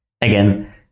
Again